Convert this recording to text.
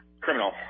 criminal